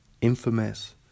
Infamous